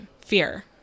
fear